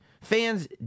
Fans